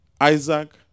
Isaac